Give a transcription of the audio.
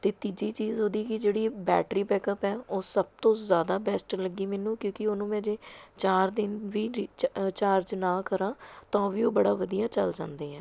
ਅਤੇ ਤੀਜੀ ਚੀਜ਼ ਉਹਦੀ ਕਿ ਬੈਟਰੀ ਬੈਕਅਪ ਹੈ ਉਹ ਸਭ ਤੋਂ ਜ਼ਿਆਦਾ ਬੈਸਟ ਲੱਗੀ ਮੈਨੂੰ ਕਿਉਂਕਿ ਉਹਨੂੰ ਮੈਂ ਜੇ ਚਾਰ ਦਿਨ ਵੀ ਰੀ ਚਾਰਜ ਨਾ ਕਰਾਂ ਤਾਂ ਵੀ ਉਹ ਬੜਾ ਵਧੀਆ ਚੱਲ ਜਾਂਦੇ ਹੈ